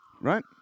Right